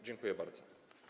Dziękuję bardzo.